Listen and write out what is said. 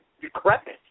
decrepit